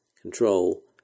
control